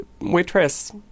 waitress